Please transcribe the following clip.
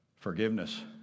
Forgiveness